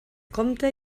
compte